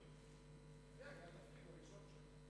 זה היה התפקיד הראשון שלה.